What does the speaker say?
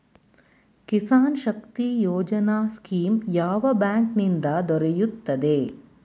Kisan Shakti Yojana scheme ಯಾವ bank ನಿಂದ ದೊರೆಯುತ್ತದೆ?